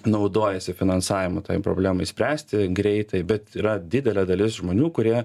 naudojasi finansavimu tai problemai spręsti greitai bet yra didelė dalis žmonių kurie